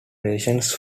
rations